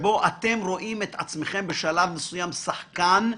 שאתם רואים את עצמכם בשלב מסוים שחקן,